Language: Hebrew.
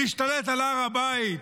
להשתלט על הר הבית,